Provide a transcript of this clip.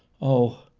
oh,